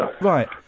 Right